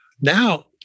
now